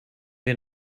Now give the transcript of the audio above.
wir